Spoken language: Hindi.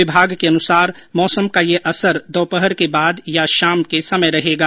विभाग के अनुसार मौसम का यह असर दोपहर के बाद या शाम के समय रहेगा